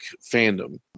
fandom